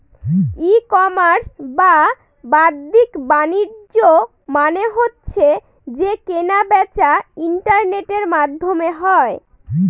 ই commerce বা বাদ্দিক বাণিজ্য মানে হচ্ছে যে কেনা বেচা ইন্টারনেটের মাধ্যমে হয়